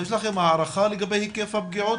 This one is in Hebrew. יש לכם הערכה לגבי היקף הפגיעות?